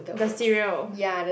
the cereal